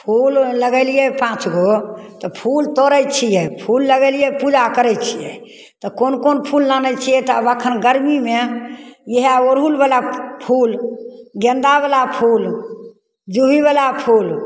फूल लगेलिए पाँच गो तऽ फूल तोड़ै छिए फूल लगेलिए पूजा करै छिए तऽ कोन कोन फूल आनै छिए तऽ आब एखन गरमीमे इएह अड़हुलवला फूल गेन्दावला फूल जूहीवला फूल